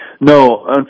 No